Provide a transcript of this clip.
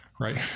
right